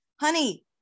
honey